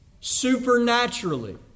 supernaturally